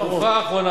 בתקופה האחרונה,